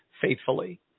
faithfully